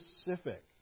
specific